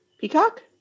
Peacock